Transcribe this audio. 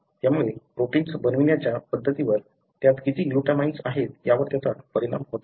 त्यामुळे प्रोटिन्स बनवण्याच्या पद्धतीवर त्यात किती ग्लूटामाइन्स आहेत यावर त्याचा परिणाम होत आहे